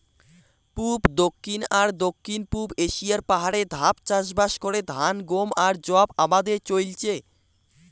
পুব, দক্ষিণ আর দক্ষিণ পুব এশিয়ার পাহাড়ে ধাপ চাষবাস করে ধান, গম আর যব আবাদে চইলচে